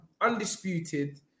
undisputed